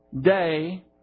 day